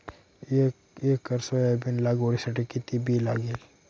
एक acre soybean लागवडीसाठी किती बी लागेल?